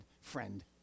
friend